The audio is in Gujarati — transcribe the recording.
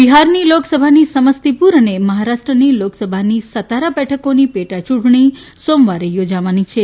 બિહારની લોકસભાની સમસ્તીપુર અને મહારાષ્ટ્રની લોકસભાની સાતારા બેઠકોની પેટાચૂંટણી સોમવારે યોજાવાની છે